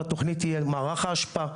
בתוכנית יהיה מערך האשפה,